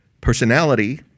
personality